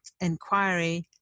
inquiry